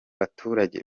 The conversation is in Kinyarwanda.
baturage